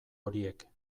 horiek